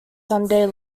sunday